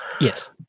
Yes